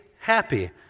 happy